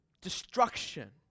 destruction